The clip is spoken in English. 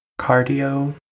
cardio